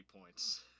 points